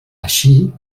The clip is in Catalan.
així